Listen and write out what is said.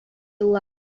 еллар